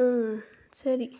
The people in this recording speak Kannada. ಹ್ಞೂ ಸರಿ